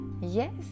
Yes